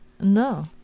No